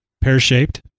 pear-shaped